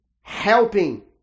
helping